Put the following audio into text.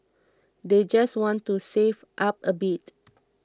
they just want to save up a bit